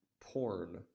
porn